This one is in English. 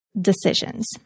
decisions